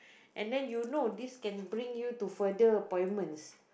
and then you know this can bring you to further appointments